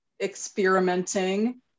experimenting